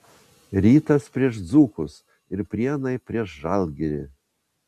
rytas prieš dzūkus ir prienai prieš žalgirį